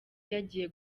yagiye